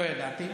לא ידעתי.